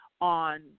on